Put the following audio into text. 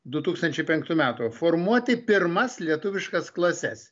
du tūkstančiai penktų metų formuoti pirmas lietuviškas klases